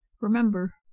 Remember